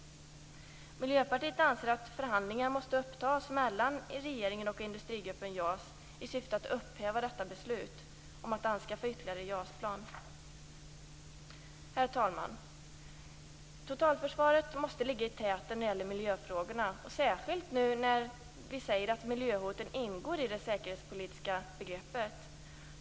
Miljöpartiet anser att förhandlingar måste upptas mellan regeringen och industrigruppen JAS i syfte att upphäva beslutet om att anskaffa ytterligare JAS-plan. Herr talman! Totalförsvaret måste ligga i täten när det gäller miljöfrågorna, särskilt nu när miljöhoten ingår i det säkerhetspolitiska begreppet.